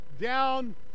down